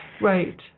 Right